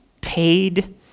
paid